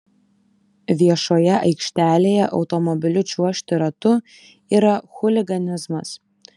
viešoje aikštelėje automobiliu čiuožti ratu yra chuliganizmas